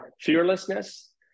fearlessness